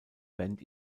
band